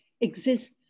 exists